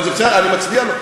אני מצדיע לו,